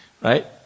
right